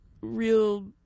real